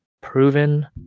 proven